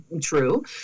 true